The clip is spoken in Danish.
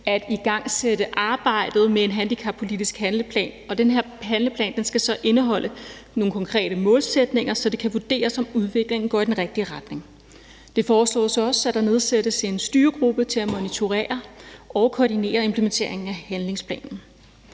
at igangsætte arbejdet med en handicappolitisk handleplan. Og den her handleplan skal så indeholde nogle konkrete målsætninger, så det kan vurderes, om udviklingen går i den rigtige retning. Det foreslås også, at der nedsættes en styregruppe til at monitorere og koordinere implementeringen af handleplanen.